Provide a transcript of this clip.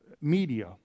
media